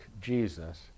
Jesus